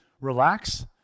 relax